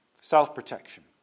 Self-protection